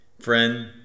Friend